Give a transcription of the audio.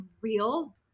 real